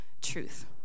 truth